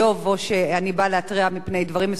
או שאני באה להתריע מפני דברים מסוימים.